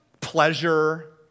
pleasure